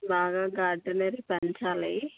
బాగా గార్డెన్ అది పెంచాలి